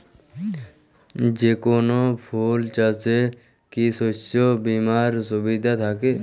যেকোন ফুল চাষে কি শস্য বিমার সুবিধা থাকে?